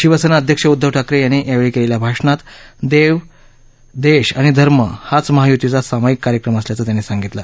शिवसेना अध्यक्ष उद्धव ठाकरे यांनी यावेळी केलेल्या भाषणात देव देश आणि धर्म हाच महायुतीचा सामाईक कार्यक्रम असल्याचं सांगितलं